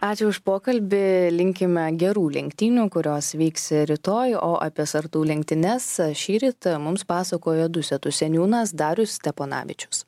ačiū už pokalbį linkime gerų lenktynių kurios vyks rytoj o apie sartų lenktynes šįryt mums pasakojo dusetų seniūnas darius steponavičius